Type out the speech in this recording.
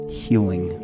healing